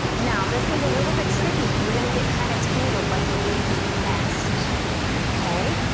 now this one's a little bit tricky because we're gonna get kind of tangled like we're making a nest okay,